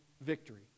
victory